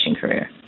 career